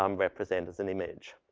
um represent as an image.